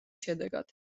შედეგად